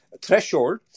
threshold